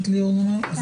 ממש